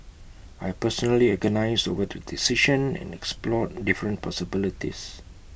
I personally agonised over the decision and explored different possibilities